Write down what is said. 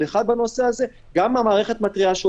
ואותו איכון הקטן והמסכן הזה שעשינו הוא